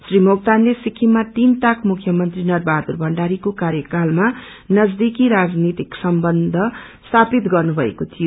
री मोक्त्रनले सिक्रिममा तिनताक मुख्यमंत्री नरवहादुर भण्डारीको काप्रकालमा नजदिकी राजनीतिक सम्बन्ध स्थापित गर्नुभएको थीयो